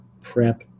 prep